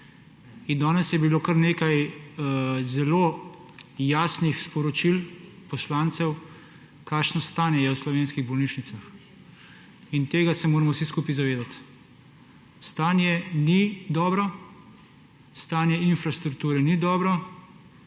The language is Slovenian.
je. Danes je bilo kar nekaj zelo jasnih sporočil poslancev, kakšno stanje je v slovenskih bolnišnicah; in tega se moramo vsi skupaj zavedati. Stanje ni dobro, stanje infrastrukture ni dobro,